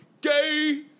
gay